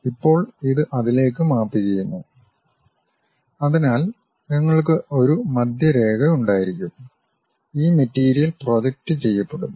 ഇപ്പോൾ ഇത് അതിലേക്ക് മാപ്പ് ചെയ്യുന്നു അതിനാൽ നിങ്ങൾക്ക് ഒരു മധ്യരേഖ ഉണ്ടായിരിക്കും ഈ മെറ്റീരിയൽ പ്രൊജക്റ്റുചെയ്യപ്പെടും